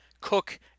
cook